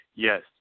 Yes